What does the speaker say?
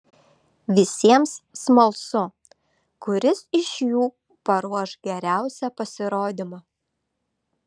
visiems smalsu kuris iš jų paruoš geriausią pasirodymą